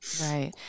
Right